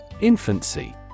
Infancy